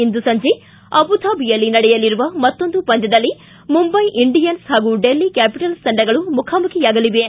ಇಂದು ಸಂಜೆ ಅಬುಧಾಬಿಯಲ್ಲಿ ನಡೆಯಲಿರುವ ಮತ್ತೊಂದು ಪಂದ್ದದಲ್ಲಿ ಮುಂಬೈ ಇಂಡಿಯನ್ಲ್ ಹಾಗೂ ಡೆಲ್ಲಿ ಕ್ಕಾಪಿಟಲ್ಲ್ ತಂಡಗಳು ಮುಖಾಮುಖಿಯಾಗಲಿವೆ